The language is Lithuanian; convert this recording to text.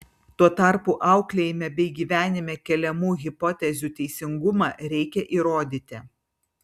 tuo tarpu auklėjime bei gyvenime keliamų hipotezių teisingumą reikia įrodyti